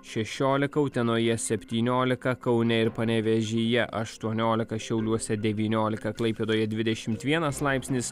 šešiolika utenoje septyniolika kaune ir panevėžyje aštuoniolika šiauliuose devyniolika klaipėdoje dvidešimt vienas laipsnis